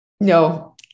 No